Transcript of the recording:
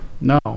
No